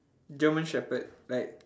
german shepherd like